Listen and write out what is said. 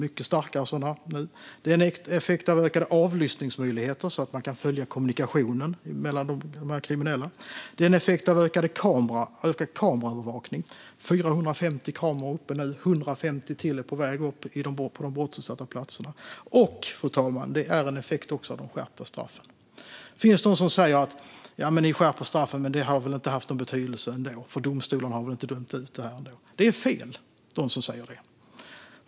Det är en effekt av ökade avlyssningsmöjligheter, så att man kan följa kommunikationen mellan de kriminella. Det är en effekt av ökad kameraövervakning. 450 kameror är nu uppe, och ytterligare 150 är på väg upp på de brottsutsatta platserna. Och, fru talman, det är en effekt av de skärpta straffen. Det finns de som säger att straffen har skärpts, men det har väl ändå inte haft någon betydelse eftersom domstolarna inte har utdömt några straff. De som säger så har fel.